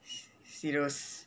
serious